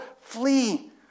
flee